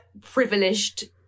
privileged